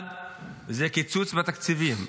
אחד, קיצוץ בתקציבים,